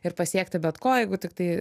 ir pasiekti bet ko jeigu tiktai